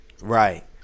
Right